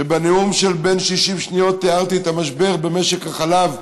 ובנאום של 60 שניות תיארתי את המשבר במשק החלב,